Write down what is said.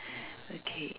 okay